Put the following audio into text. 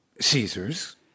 Caesar's